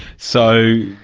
so,